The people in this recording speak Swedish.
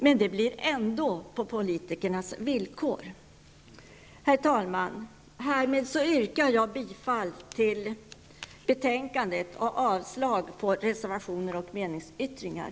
Men det blir ändå på politikernas villkor. Herr talman! Härmed yrkar jag bifall till utskottets hemställan och avslag på reservationer och meningsyttringar.